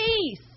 peace